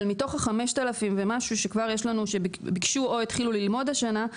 אבל מתוך ה-5000 ומשהו שכבר יש לנו שביקשו אות התחילו ללמוד השנה,